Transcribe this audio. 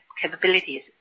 capabilities